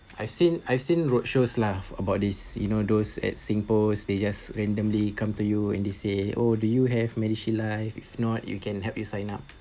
I've seen I've seen roadshows lah about this you know those at singpost they just randomly come to you and they say oh do you have medishield life if not we can help you sign up